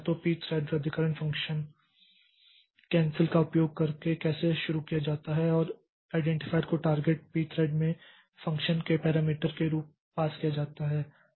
तो Pthread रद्दीकरण function pthread cancel का उपयोग करके शुरू किया जाता है और आइडेंटीफाइर को टारगेट Pthread में फ़ंक्शन के पैरामीटर के रूप में पास किया जाता है